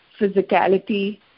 physicality